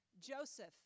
Joseph